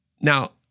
Now